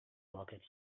rocket